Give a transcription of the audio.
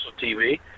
TV